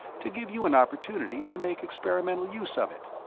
to give you an opportunity to make experimental use of it.